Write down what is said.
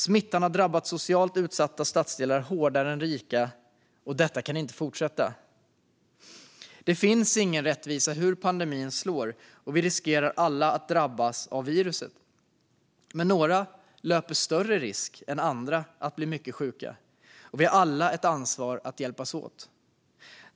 Smittan har drabbat socialt utsatta stadsdelar hårdare än rika. Detta kan inte fortsätta. Det finns ingen rättvisa i hur pandemin slår, och vi riskerar alla att drabbas av viruset. Men några löper större risk än andra att bli mycket sjuka, och vi har alla ett ansvar att hjälpas åt.